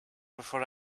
before